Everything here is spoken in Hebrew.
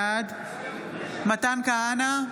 בעד מתן כהנא,